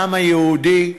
העם היהודי,